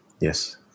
Yes